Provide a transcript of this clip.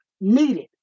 needed